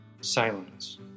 silence